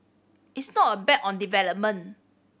it's not a bet on development